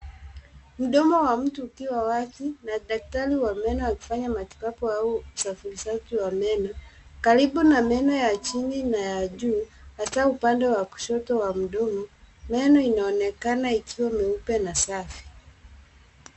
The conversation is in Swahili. Mdomo wa mtu ukiwa wazi na daktari wa meno akifanya matibabu au usafirishaji wa meno karibu na meno ya chini na ya juu hasa upande wa kushoto wa mdomo. Meno ina onekana ikuwa meupe na safi.